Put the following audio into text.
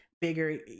bigger